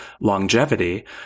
longevity